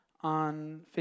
on